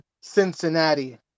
Cincinnati